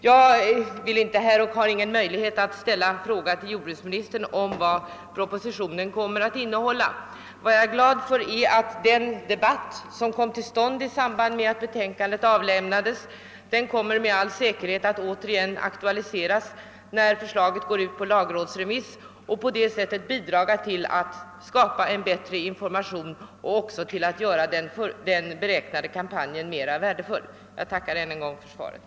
Jag har ingen möjlighet att ställa någon fråga till jordbruksministern om vad propositionen kommer att innehålla. Jag är emellertid glad för att den debatt, som kom till stånd i samband med att betänkandet avlämnades, med all säkerhet kommer att återigen aktualiseras när förslaget går ut på lagrådsremiss och på det sättet bidra till att skapa en bättre information och också till att göra den planerade kampanjen mera värdefull. Jag tackar än en gång för svaret.